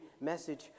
message